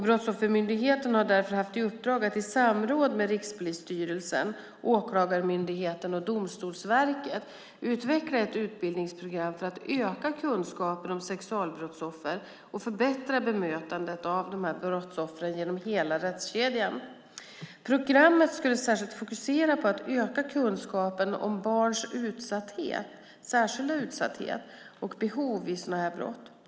Brottsoffermyndigheten har därför haft i uppdrag att i samråd med Rikspolisstyrelsen, Åklagarmyndigheten och Domstolsverket utveckla ett utbildningsprogram för att öka kunskapen om sexualbrottsoffer och förbättra bemötandet av dessa brottsoffer genom hela rättskedjan. Programmet skulle särskilt fokusera på att öka kunskapen om barns särskilda utsatthet och behov vid dessa brott.